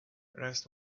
rest